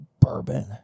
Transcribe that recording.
bourbon